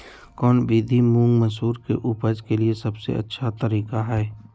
कौन विधि मुंग, मसूर के उपज के लिए सबसे अच्छा तरीका है?